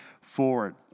forward